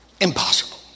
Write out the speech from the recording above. Impossible